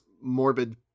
morbid